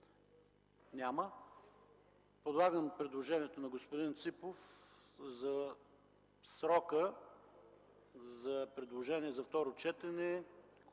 на гласуване предложението на господин Ципов за срока за предложения за второ четене